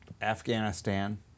Afghanistan